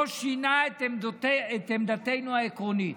לא שינה את עמדתנו העקרונית.